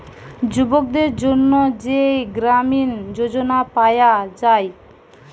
যুবকদের জন্যে যেই গ্রামীণ যোজনা পায়া যায়